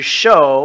show